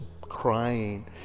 crying